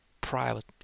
private